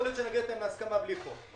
יכול להיות שנגיע איתם להסכמה בלי חוק.